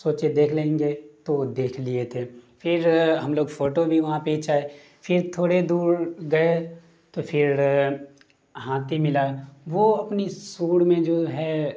سوچے دیکھ لیں گے تو دیکھ لیے تھے پھر ہم لوگ فوٹو بھی وہاں کھچائے پھر تھوڑے دور گئے تو پھر ہاتھی ملا وہ اپنی سونڈ میں جو ہے